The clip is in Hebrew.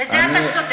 בזה אתה צודק.